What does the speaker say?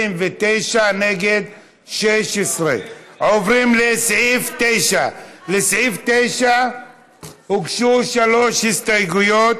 16. עוברים לסעיף 9. לסעיף 9 הוגשו שלוש הסתייגויות.